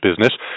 business